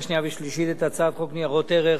שנייה ושלישית את הצעת חוק ניירות ערך